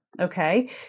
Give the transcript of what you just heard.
Okay